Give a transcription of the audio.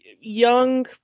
young